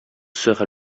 sera